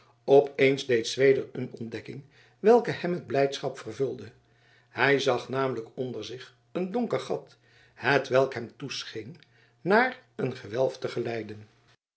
opeens deed zweder een ontdekking welke hem met blijdschap vervulde hij zag namelijk onder zich een donker gat hetwelk hem toescheen naar een